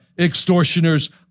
extortioners